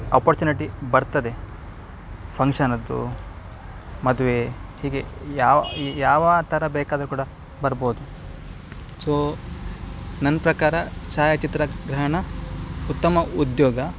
opportunity ಬರ್ತದೆ ಫಂಕ್ಷನ್ನದ್ದು ಮದುವೆ ಹೀಗೆ ಯಾವ ಯಾವ ಥರ ಬೇಕಾದರು ಕೂಡ ಬರ್ಬೋದು ಸೊ ನನ್ನ ಪ್ರಕಾರ ಛಾಯಾಚಿತ್ರಗ್ರಹಣ ಉತ್ತಮ ಉದ್ಯೋಗ